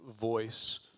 voice